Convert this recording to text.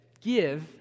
give